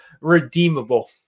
redeemable